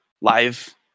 live